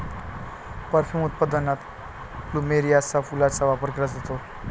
perfume उत्पादनात प्लुमेरियाच्या फुलांचा वापर केला जातो